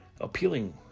appealing